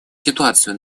ситуацию